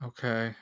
Okay